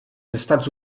estats